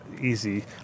easy